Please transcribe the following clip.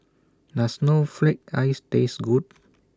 Does Snowflake Ice Taste Good